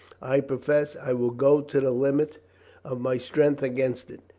i profess i will go to the limit of my strength against it.